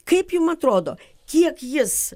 kaip jum atrodo kiek jis